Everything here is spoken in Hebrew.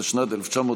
התשנ"ד 1994,